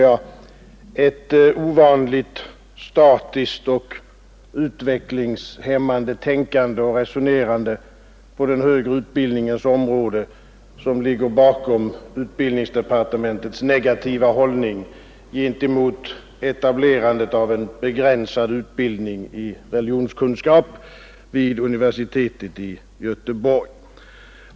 Det är ett ovanligt statiskt och utvecklingshämmat Fredagen den tänkande och resonerande på den högre utbildningens område som ligger 14 april 1972 Göteborg.